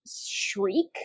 shriek